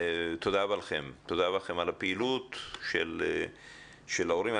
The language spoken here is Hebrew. תודה רבה לכם על הפעילות של ההורים.